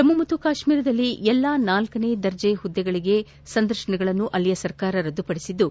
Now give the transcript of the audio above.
ಜಮ್ಮ ಮತ್ತು ಕಾಶ್ಮೀರದಲ್ಲಿ ಎಲ್ಲಾ ನಾಲ್ಕನೇ ದರ್ಜೆಯ ಹುದ್ದೆಗಳಿಗೆ ಸಂದರ್ಶನಗಳನ್ನು ಅಲ್ಲಿನ ಸರ್ಕಾರ ರದ್ದು ಪಡಿಸಿದ್ದು